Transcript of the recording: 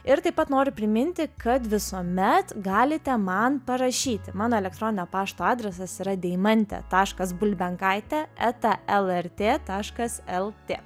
ir taip pat noriu priminti kad visuomet galite man parašyti mano elektroninio pašto adresas yra deimantė taškas bulbenkaitė eta lrt taškas lt